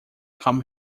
come